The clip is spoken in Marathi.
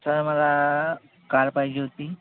सर मला कार पाहिजे होती